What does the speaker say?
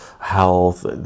health